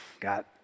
Got